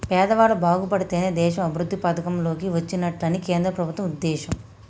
పేదవాళ్ళు బాగుపడితేనే దేశం అభివృద్ధి పథం లోకి వచ్చినట్లని కేంద్ర ప్రభుత్వం ఉద్దేశం